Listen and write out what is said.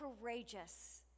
courageous